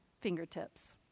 fingertips